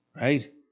Right